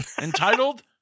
entitled